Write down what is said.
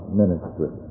ministry